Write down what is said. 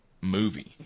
movie